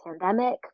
pandemic